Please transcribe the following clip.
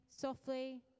softly